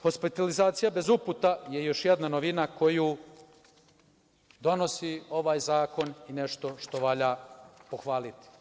Hospitalizacija bez uputa je još jedna novina koju donosi ovaj zakon i nešto što valja pohvaliti.